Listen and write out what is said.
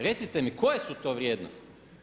Recite mi, koje su to vrijednosti?